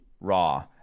raw